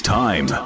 time